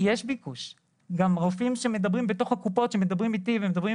אבל כשביקשנו מהם תאריך יותר מדויק הם לא בדיוק